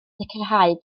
sicrhau